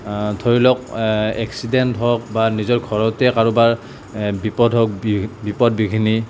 ধৰি লওক এক্সিডেণ্ট হওক বা নিজৰ ঘৰতে কাৰোবাৰ বিপদ হওক বিপদ বিঘিনি